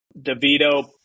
DeVito